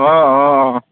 অঁ অঁ অঁ